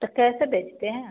तो कैसे बेचते हैं आप